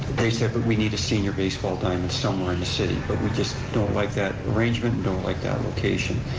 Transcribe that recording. they said, but we need a senior baseball diamond somewhere in the city, but we just don't like that arrangement and don't like that location.